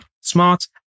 smart